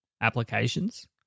applications